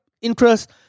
interest